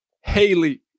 Haley